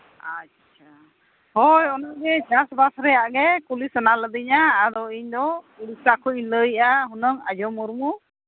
ᱟᱪᱪᱷᱟ ᱦᱳᱭ ᱚᱱᱟᱜᱮ ᱪᱟᱥᱵᱟᱥ ᱨᱮᱭᱟᱜ ᱜᱮ ᱠᱩᱞᱤ ᱥᱟᱱᱟᱞᱤᱫᱤᱧᱟ ᱟᱫᱚ ᱤᱧᱫᱚ ᱩᱲᱤᱥᱥᱟ ᱠᱷᱚᱡ ᱤᱧ ᱞᱟᱹᱭᱮᱫᱼᱟ ᱦᱩᱱᱟᱹᱝ ᱟᱡᱷᱚ ᱢᱩᱨᱢᱩ